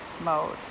mode